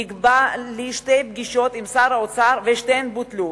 נקבעו לי שתי פגישות עם שר האוצר, ושתיהן בוטלו.